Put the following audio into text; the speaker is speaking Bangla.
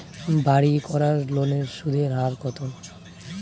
বাড়ির করার লোনের সুদের হার কত?